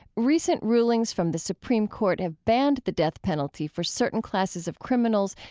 recent rulings from the supreme court have banned the death penalty for certain classes of criminals,